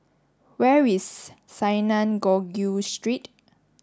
where is Synagogue Street